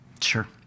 Sure